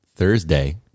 thursday